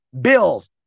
bills